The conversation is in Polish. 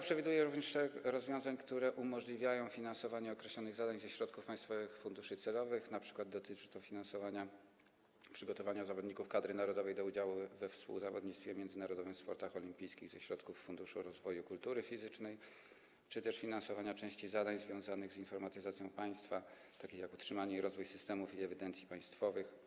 przewiduje również szereg rozwiązań, które umożliwiają finansowanie określonych zadań ze środków państwowych funduszy celowych, np. dotyczy to finansowania przygotowania zawodników kadry narodowej do udziału we współzawodnictwie międzynarodowym w sportach olimpijskich ze środków Funduszu Rozwoju Kultury Fizycznej czy też finansowania części zadań związanych z informatyzacją państwa, takich jak utrzymanie i rozwój systemów i ewidencji państwowych,